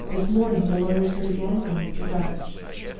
this morning the lawyers heard again from mr. darch.